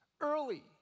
early